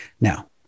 Now